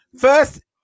first